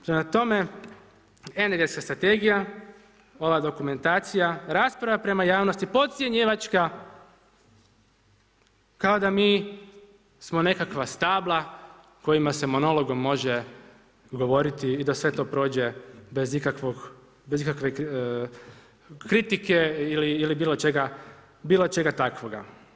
Prema tome, energetska strategija, ova dokumentacija, rasprava prema javnosti podcjenjivačka kao da smo mi nekakav stabla kojima se monologom može govoriti da sve to prođe bez ikakve kritike ili bilo čega takvoga.